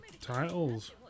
titles